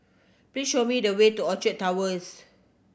please show me the way to Orchard Towers